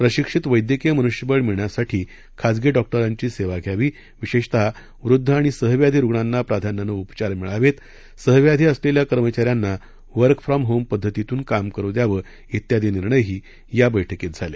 प्रशिक्षित वैद्यकीय मनुष्यबळ मिळण्यासाठी खासगी डॉक्टर्सची सेवा घ्यावी विशेषत वृद्ध आणि सहव्याधी रुग्णांना प्राधान्यानं उपचार मिळावेत सहव्याधी असलेल्या कर्मचाऱ्यांना वर्क फ्रॉम होम पद्धतीतून काम करू द्यावं वियादी निर्णयही या बैठकीत झाले